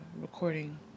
recording